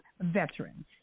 veterans